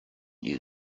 you